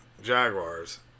Jaguars